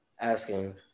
asking